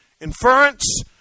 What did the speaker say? Inference